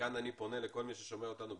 כאן אני פונה לכל מי ששומע אותנו,